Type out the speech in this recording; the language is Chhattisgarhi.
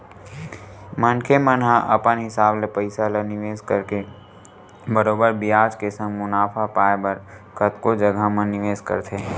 मनखे मन ह अपन हिसाब ले पइसा ल निवेस करके बरोबर बियाज के संग मुनाफा पाय बर कतको जघा म निवेस करथे